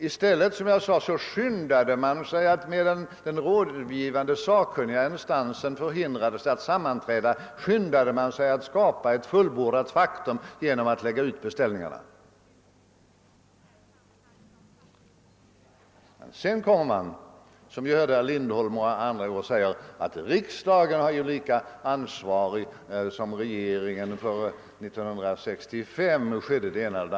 I stället skyndade man sig, som jag nämnde, att medan den rådgivande sakkunniga instansen förhindrades att sammanträda skapa ett fullbordat faktum genom att lägga ut beställningarna. Sedan kom man, som vi hörde herr Lindholm och andra säga, med påståendet att riksdagen var lika ansvarig som regeringen för vad som skedde år 1965.